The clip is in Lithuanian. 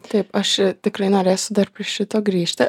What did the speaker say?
taip aš tikrai norėsiu dar prie šito grįžti